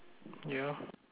yeah